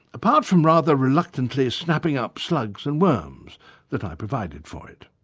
apart from rather reluctantly snapping up slugs and worms that i provided for it.